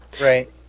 Right